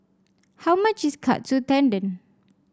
how much is Katsu Tendon